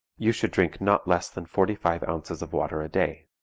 you should drink not less than forty-five ounces of water a day.